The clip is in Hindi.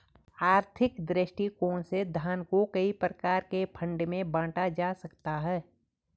आर्थिक दृष्टिकोण से धन को कई प्रकार के फंड में बांटा जा सकता है